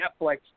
Netflix